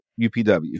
UPW